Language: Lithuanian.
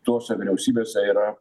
tose vyriausybėse yra